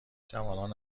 جوانان